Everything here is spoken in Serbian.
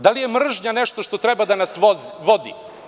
Da li je mržnja nešto što treba da nas vodi?